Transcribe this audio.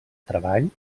treball